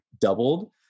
doubled